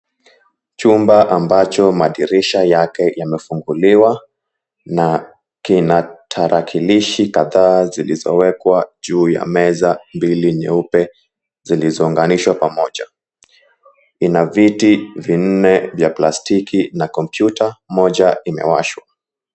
Chumba ambacho madirisha yake yanefunguliwa na kina tarakilishi kadhaa zilizowekwa juu ya meza mbili nyeupe zilizounganishwa pamoja, ina viti vinne kwa plastiki na kompyuta moja imewashwa.